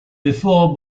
before